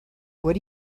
what